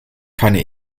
keine